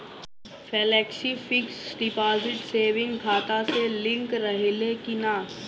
Flexi fix deposit saving खाता से link रहले कि ना?